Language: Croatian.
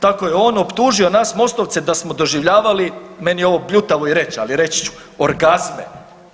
Tako je on optužio nas MOST-ovce da smo doživljavali, meni je ovo bljutavo i reć, ali reći ću, orgazme.